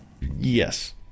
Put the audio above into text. Yes